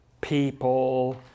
people